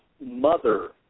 mother